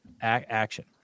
Action